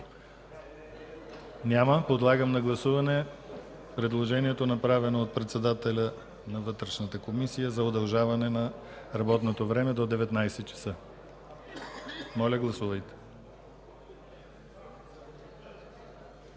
Няма. Подлагам на гласуване предложението, направено от председателя на Вътрешната комисия, за удължаване на работното време до 19,00 ч. Моля, гласувайте.